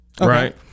right